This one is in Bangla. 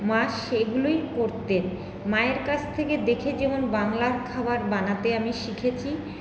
মা সেগুলোই করতেন মায়ের কাছ থেকে দেখে যেমন বাংলার খাবার বানাতে আমি শিখেছি